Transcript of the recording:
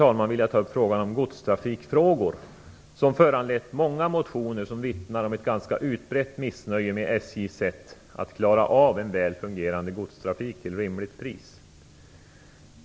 Till sist vill jag ta upp frågan om godstrafikfrågor som föranlett många motioner som vittnar om ett ganska utbrett missnöje med SJ:s sätt att klara av en väl fungerande godstrafik till rimligt pris.